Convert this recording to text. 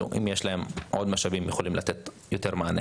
אם יהיו להם עוד משאבים הם יוכלו להרחיב את המענה